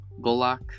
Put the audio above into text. Golak